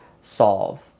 solve